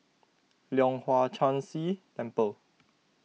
Leong Hwa Chan Si Temple